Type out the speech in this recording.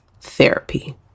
therapy